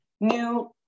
new